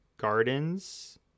gardens